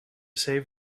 save